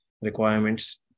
requirements